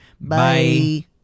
Bye